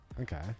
Okay